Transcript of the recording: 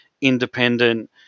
independent